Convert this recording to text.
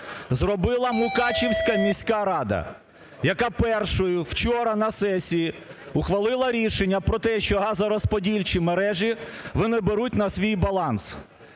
зробила Мукачівська міська рада, яка першою вчора на сесії ухвалила рішення про те, що газорозподільчі мережі вони беруть на свій баланс.